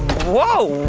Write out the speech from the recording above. whoa.